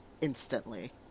instantly